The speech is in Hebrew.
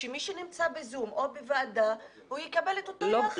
שמי שנמצא ב"זום" או בוועדה יקבל את אותו יחס.